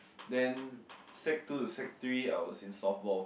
then sec-two to Sec-Three I was in softball